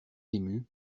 émues